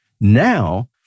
now